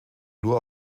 nur